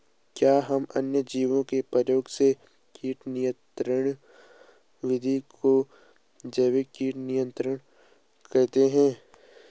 क्या हम अन्य जीवों के प्रयोग से कीट नियंत्रिण विधि को जैविक कीट नियंत्रण कहते हैं?